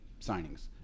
signings